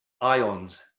ions